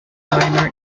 minor